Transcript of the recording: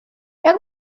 jak